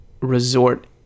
resort